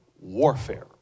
warfare